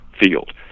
field